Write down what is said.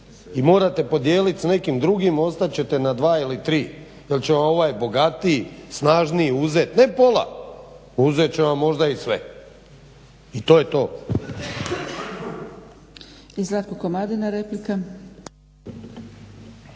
i morate podijelit s nekim drugim, ostat ćete na 2 ili 3, jer će vam ovaj bogatiji, snažniji uzeti ne pola, uzet će vam možda i sve. I to je to.